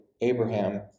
Abraham